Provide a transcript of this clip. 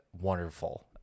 wonderful